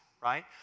right